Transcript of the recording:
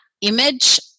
image